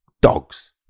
dogs